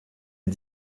est